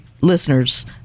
listeners